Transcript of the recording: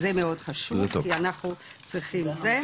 זה מאוד חשוב, כי אנחנו צריכים זה.